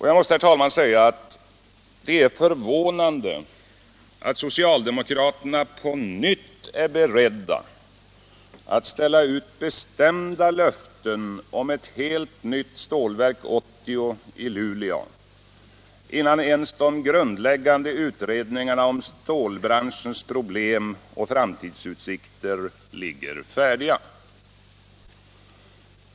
Jag måste, herr talman, säga att det är förvånande att socialdemokraterna på nytt är beredda att ställa ut bestämda löften om ett helt nytt Stålverk 80 i Luleå, innan ens de grundläggande utredningarna om stålbranschens problem och framtidsutsikter ligger färdiga.